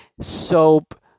soap